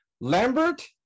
Lambert